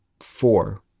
four